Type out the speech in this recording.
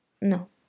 No